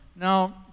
Now